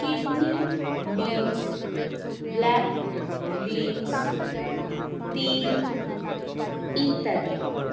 kidney beans black beans তিল ইত্যাদি